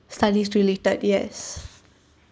studies related yes